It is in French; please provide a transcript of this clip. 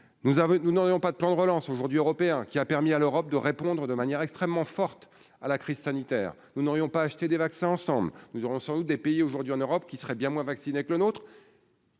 nous n'aurions pas de plan de relance aujourd'hui européen qui a permis à l'Europe de répondre de manière extrêmement forte à la crise sanitaire, nous n'aurions pas acheter des vaccins, ensemble, nous aurons sans doute des pays aujourd'hui en Europe qui serait bien moins vaccinés que le nôtre.